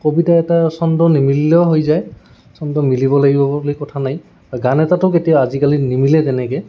কবিতা এটা চন্দ নিমিলিলেও হৈ যায় চন্দ মিলিব লাগিব বুলি কথা নাই গান এটাটো কেতিয়াবা আজিকালি নিমিলে তেনেকে